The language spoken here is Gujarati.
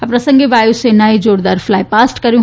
આ પ્રસંગે વાયુસેનાએ જોરદાર ફ્લાય પાસ્ટ કર્યું